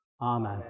Amen